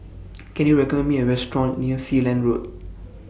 Can YOU recommend Me A Restaurant near Sealand Road